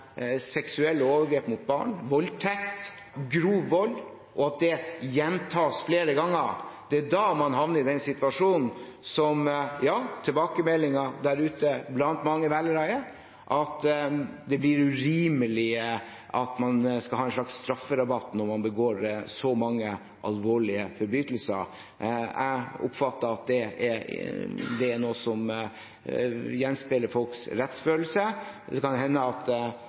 seksuelle overgrep mot barn, voldtekt, grov vold, og at det gjentas flere ganger. Det er da man havner i den situasjonen, som tilbakemeldinger der ute blant mange velgere uttrykker, at det blir urimelig at man skal ha en slags strafferabatt når man begår så mange alvorlige forbrytelser. Jeg oppfatter at det er noe som gjenspeiler folks rettsfølelse. Det kan hende at